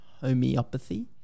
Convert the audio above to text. homeopathy